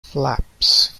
flaps